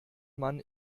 man